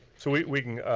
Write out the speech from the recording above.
so we we can,